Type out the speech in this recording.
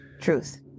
Truth